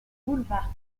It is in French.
boulevard